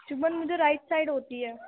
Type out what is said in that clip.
چبھن مجھے right side ہوتی ہے